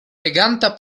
reganta